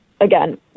Again